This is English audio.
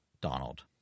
Donald